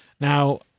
Now